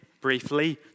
briefly